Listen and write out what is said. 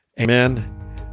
Amen